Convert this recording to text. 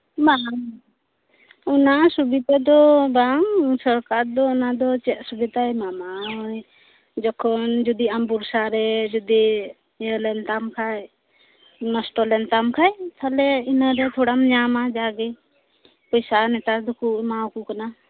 ᱵᱟᱝ ᱚᱱᱟ ᱥᱩᱵᱤᱛᱟ ᱫᱚ ᱵᱟᱝ ᱥᱚᱨᱠᱟᱨ ᱫᱚᱚᱱᱟ ᱫᱚ ᱪᱮᱜ ᱥᱩᱵᱤᱛᱟᱭ ᱮᱢᱟᱢᱟ ᱡᱚᱠᱷᱚᱱ ᱡᱩᱫᱤ ᱟᱢ ᱵᱚᱨᱥᱟ ᱨᱮ ᱡᱩᱫᱤ ᱤᱭᱟᱹ ᱞᱮᱱ ᱛᱟᱢ ᱠᱷᱟᱡ ᱱᱚᱥᱴᱚ ᱞᱮᱱ ᱛᱟᱢ ᱠᱷᱟᱡ ᱛᱟᱦᱞᱮ ᱤᱱᱟᱹ ᱫᱚ ᱛᱷᱚᱲᱟᱢ ᱧᱟᱢᱟ ᱡᱟᱜᱮ ᱯᱚᱭᱥᱟ ᱱᱮᱛᱟᱨ ᱫᱚᱠᱚ ᱮᱢᱟᱣ ᱠᱚ ᱠᱟᱱᱟ